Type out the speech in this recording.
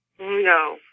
No